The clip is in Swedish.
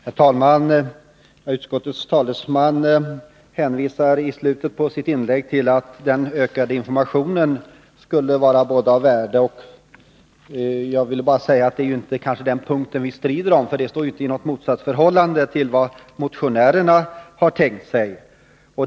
Herr talman! Utskottets talesman hänvisar i slutet av sitt inlägg till att den ökade informationen skulle vara av värde. Jag vill bara säga att det inte är den punkten vi strider om. Den står inte i något motsatsförhållande till det motionärerna har tänkt sig.